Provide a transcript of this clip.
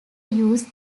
use